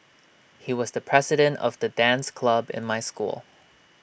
he was the president of the dance club in my school